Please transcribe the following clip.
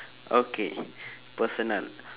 okay personal